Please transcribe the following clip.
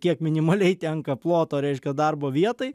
kiek minimaliai tenka ploto reiškia darbo vietai